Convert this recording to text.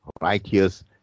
righteous